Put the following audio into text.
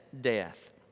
death